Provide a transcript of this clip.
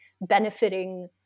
benefiting